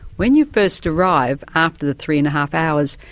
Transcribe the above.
when you first arrive, after the three and a half hours,